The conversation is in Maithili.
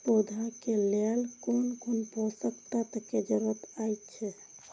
पौधा के लेल कोन कोन पोषक तत्व के जरूरत अइछ?